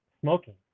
smoking